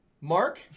Mark